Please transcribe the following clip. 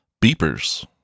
Beepers